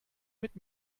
mit